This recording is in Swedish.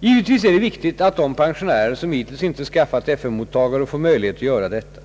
Givetvis är det viktigt, att de pensionärer som hittills inte skaffat FM mottagare får möjlighet att göra detta.